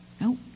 Nope